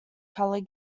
color